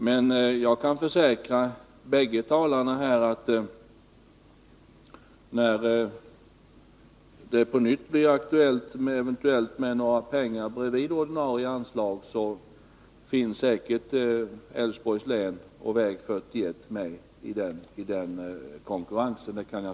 Men jag kan försäkra bägge talarna att Älvsborgs län och väg 41 säkert finns med i konkurrensen när det eventuellt på nytt blir aktuellt med några pengar vid sidan av ordinarie anslag.